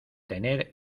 tener